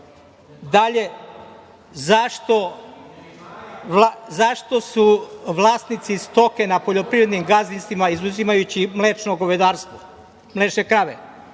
godina? Dalje, zašto su vlasnici stoke na poljoprivrednim gazdinstvima, izuzimajući mlečno govedarstvo, mlečne krave,